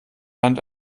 land